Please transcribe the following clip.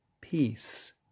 Peace